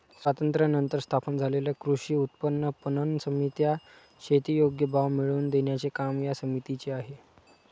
स्वातंत्र्यानंतर स्थापन झालेल्या कृषी उत्पन्न पणन समित्या, शेती योग्य भाव मिळवून देण्याचे काम या समितीचे आहे